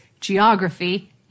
geography